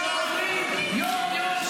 שעוברים יום-יום,